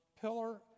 pillar